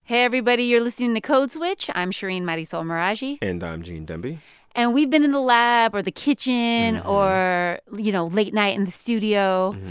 hey everybody. you're listening to code switch. i'm shereen marisol meraji and i'm gene demby and we've been in the lab or the kitchen or, you know, late night in the studio.